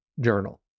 journal